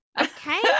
Okay